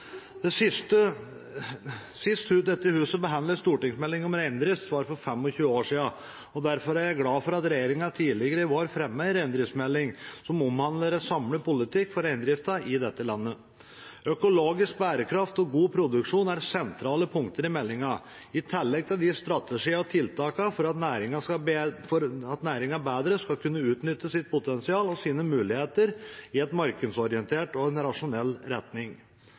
Sist dette huset behandlet en stortingsmelding om reindrift, var for 25 år siden. Derfor er jeg glad for at regjeringen tidligere i vår fremmet en reindriftsmelding som omhandler en samlet politikk for reindrifta i dette landet. Økologisk bærekraft og god produksjon er sentrale punkter i meldingen, i tillegg til strategiene og tiltakene for at næringen bedre skal kunne utnytte sitt potensial og sine muligheter i en markedsorientert og rasjonell retning.